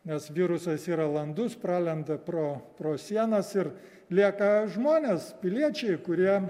nes virusas yra landus pralenda pro pro sienas ir lieka žmonės piliečiai kurie